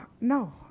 No